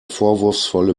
vorwurfsvolle